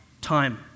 time